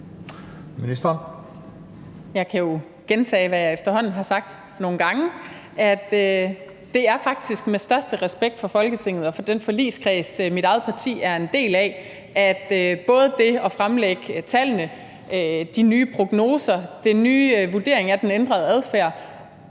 Jeg kan jo gentage, hvad jeg efterhånden har sagt nogle gange. Nemlig at det faktisk er med største respekt for Folketinget og for den forligskreds, mit eget parti er en del af. For det at fremlægge tallene, de nye prognoser, den nye vurdering af den ændrede adfærd